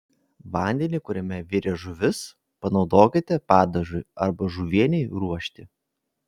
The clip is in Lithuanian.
vandenį kuriame virė žuvis panaudokite padažui arba žuvienei ruošti